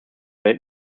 welt